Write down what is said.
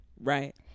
Right